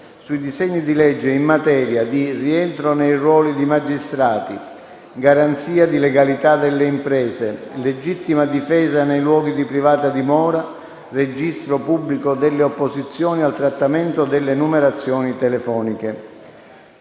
sui disegni di legge in materia di rientro nei ruoli di magistrati; garanzia di legalità delle imprese; legittima difesa nei luoghi di privata dimora; registro pubblico delle opposizioni al trattamento delle numerazioni telefoniche.